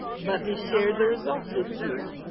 let me share the results with you.